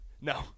No